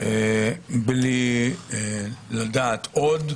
בלי לדעת עוד,